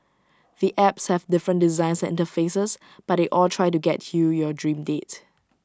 the apps have different designs and interfaces but they all try to get you your dream date